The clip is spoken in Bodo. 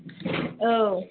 औ